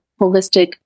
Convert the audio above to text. holistic